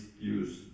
use